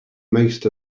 most